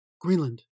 Greenland